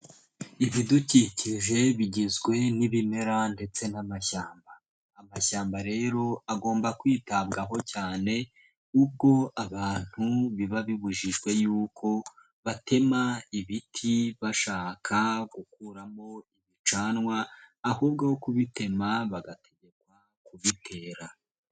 Ibidukikije bigizwe n'ibimera ndetse n'amashyamba. Amashyamba rero agomba kwitabwaho cyane ubwo abantu biba bibujijwe yuko batema ibiti bashaka gukuramo ibicanwa, ahubwo aho kubitema bagategekwa kubitera.